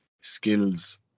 skills